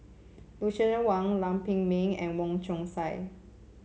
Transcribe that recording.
Lucien Wang Lam Pin Min and Wong Chong Sai